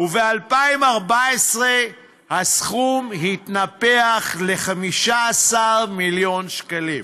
וב-2014 הסכום התנפח ל-15 מיליון שקלים.